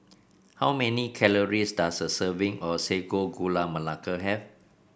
how many calories does a serving of Sago Gula Melaka have